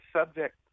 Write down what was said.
subject